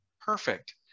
perfect